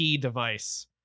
device